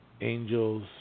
angels